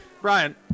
Brian